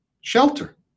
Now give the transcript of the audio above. shelter